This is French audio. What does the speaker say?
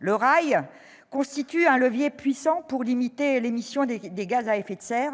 Le rail constitue un levier puissant pour limiter l'émission des gaz à effet de serre.